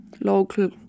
local